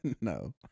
No